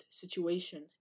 situation